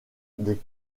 des